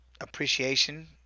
appreciation